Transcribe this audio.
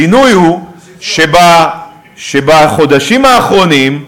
השינוי הוא שבחודשים האחרונים,